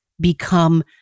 become